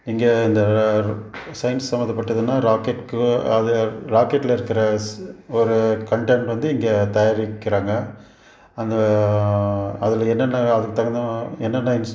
இங்கே இந்த சயின்ஸ் சம்மந்தப்பட்டதுனால் ராக்கெட்க்கு அது ராக்கெட்ல இருக்கிற ஸ் ஒரு கன்டெண்ட் வந்து இங்கே தயாரிக்கிறாங்க அந்த அதில் என்னென்ன அதுக்கு தகுந்த என்னென்ன இன்ஸ்